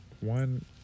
One